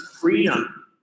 freedom